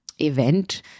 event